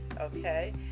Okay